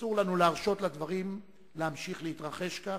אסור לנו להרשות לדברים להמשיך להתרחש כך,